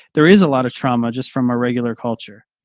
there is a lot of trauma just from a regular culture.